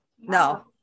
no